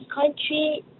country